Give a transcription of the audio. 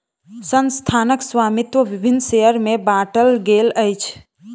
संस्थानक स्वामित्व विभिन्न शेयर में बाटल गेल अछि